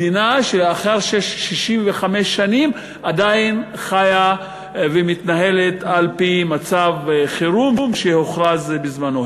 מדינה שלאחר 65 שנים עדיין חיה ומתנהלת על-פי מצב חירום שהוכרז בזמנו.